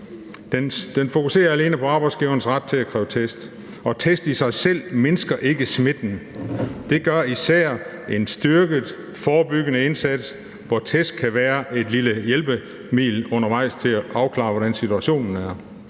Det fokuserer alene på arbejdsgiverens ret til at kræve test, og test i sig selv mindsker ikke smitten. Det gør især en styrket forebyggende indsats, hvor test kan være et lille hjælpemiddel undervejs til at afklare, hvordan situationen er.